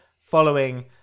following